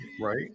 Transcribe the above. right